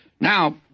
Now